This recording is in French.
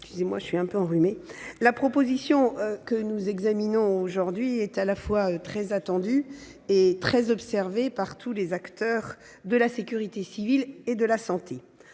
la proposition de loi que nous examinons est à la fois très attendue et très observée par tous les acteurs de la sécurité civile et de la santé.